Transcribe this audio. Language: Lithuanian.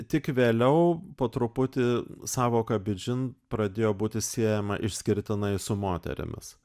tik vėliau po truputį sąvoka bidžin pradėjo būti siejama išskirtinai su moterimis